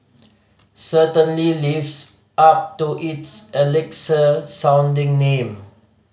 certainly lives up to its elixir sounding name